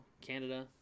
Canada